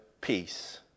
peace